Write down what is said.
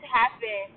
happen